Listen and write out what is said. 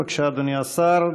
בבקשה, אדוני השר.